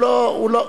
הוא לא, הוא לא,